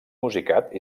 musicat